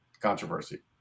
controversy